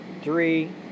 three